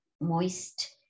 moist